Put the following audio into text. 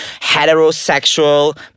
heterosexual